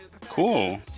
Cool